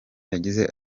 yagize